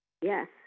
Yes